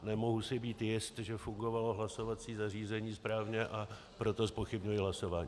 Nemohu si být jist, že fungovalo hlasovací zařízení správně, a proto zpochybňuji hlasování.